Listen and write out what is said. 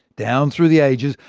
down through the ages,